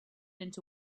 into